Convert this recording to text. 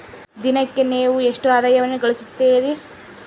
ದಿನಕ್ಕೆ ನೇವು ಎಷ್ಟು ಆದಾಯವನ್ನು ಗಳಿಸುತ್ತೇರಿ?